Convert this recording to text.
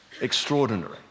extraordinary